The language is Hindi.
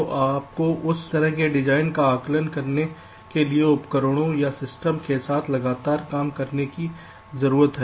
तो आपको उस तरह के डिज़ाइन का आकलन करने के लिए उपकरणों या सिस्टम के साथ लगातार काम करने की ज़रूरत है